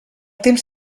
temps